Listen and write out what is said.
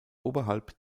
oberhalb